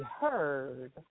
heard